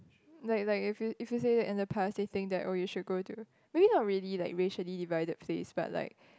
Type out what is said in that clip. like like if you if you say that in the past they think that oh you should go to maybe not really like racially divided place but like